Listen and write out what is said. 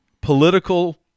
political